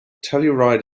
telluride